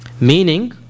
Meaning